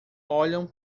olham